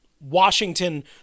Washington